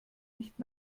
nicht